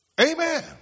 amen